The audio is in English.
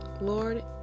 Lord